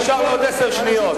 נשארו לו עוד שניות.